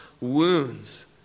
wounds